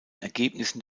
ergebnissen